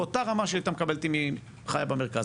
באותה רמה שהייתה מקבלת אם הייתה חיה במרכז.